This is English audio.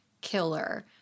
killer